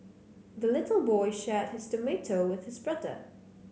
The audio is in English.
the little boy shared his tomato with his brother